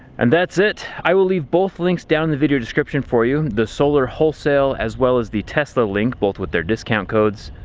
and that's it. i will leave both links down in the video description for you the solar wholesale, as well as the tesla link, both with their discount codes.